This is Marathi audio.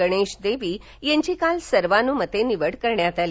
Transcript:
गणेश देवी यांची काल सर्वान्मते निवड करण्यात आली